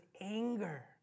anger